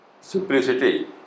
Simplicity